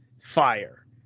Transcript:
fire